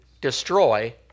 destroy